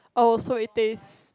oh so it tastes